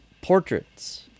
portraits